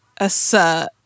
assert